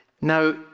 Now